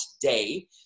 today